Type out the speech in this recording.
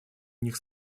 них